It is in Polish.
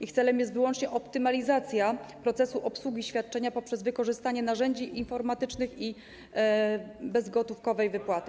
Ich celem jest wyłącznie optymalizacja procesu obsługi świadczenia poprzez wykorzystanie narzędzi informatycznych i bezgotówkowej wypłaty.